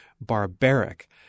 barbaric